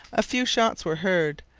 a few shots were heard.